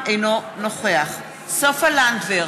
אינו נוכח סופה לנדבר,